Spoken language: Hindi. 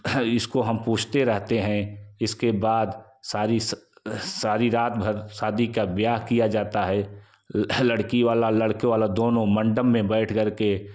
इसको हम पूछते रहते हैं इसके बाद सारी स सारी रात भर शादी का ब्याह किया जाता है लड़की वाला लड़के वाला दोनों मंडप में बैठ करके